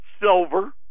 silver